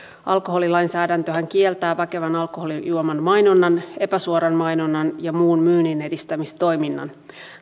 alkoholilainsäädäntöhän kieltää väkevän alkoholijuoman mainonnan epäsuoran mainonnan ja muun myynninedistämistoiminnan